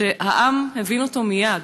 שהעם הבין אותו מייד,